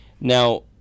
Now